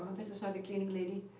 this is not a cleaning lady,